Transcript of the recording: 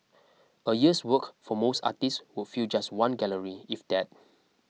a year's work for most artists would fill just one gallery if that